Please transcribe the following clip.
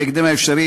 בהקדם האפשרי,